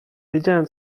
wiedziałem